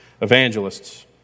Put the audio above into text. evangelists